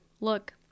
Look